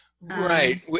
right